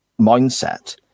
mindset